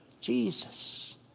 Jesus